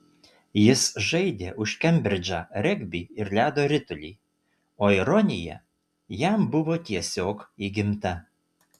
jis žaidė už kembridžą regbį ir ledo ritulį o ironija jam buvo tiesiog įgimta